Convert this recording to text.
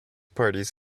parties